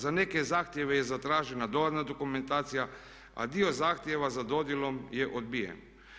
Za neke zahtjeve je zatražena dodatna dokumentacija, a dio zahtjeva za dodjelom je odbijen.